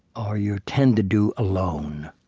or you tend to do, alone.